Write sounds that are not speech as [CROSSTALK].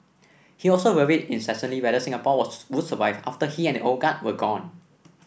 he also worried incessantly whether Singapore [UNINTELLIGIBLE] would survive after he and the old guard were gone